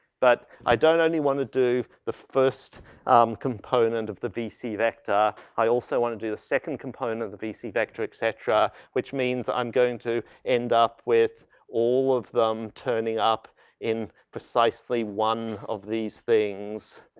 but i don't only want to do the first um component of the v c vector, i also want to do the second component of the v c vector et cetera, which means i'm going to end up with all of them turning up in precisely one of these things.